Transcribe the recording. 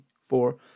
four